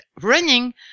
running